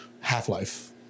half-life